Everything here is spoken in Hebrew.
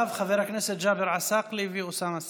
אחריו, חברי הכנסת ג'אבר עסאקלה ואוסאמה סעדי.